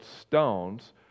stones